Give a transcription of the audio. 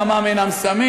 דמם אינו סמיך,